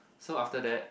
so after that